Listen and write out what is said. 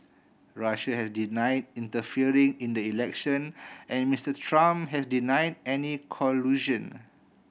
Russia has deny interfering in the election and Mister Trump has deny any collusion